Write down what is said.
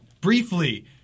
briefly